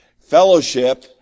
fellowship